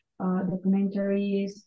documentaries